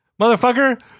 Motherfucker